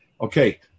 okay